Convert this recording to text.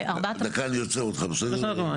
דקה אני עוצר אותך, בסדר?